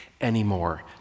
anymore